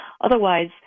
otherwise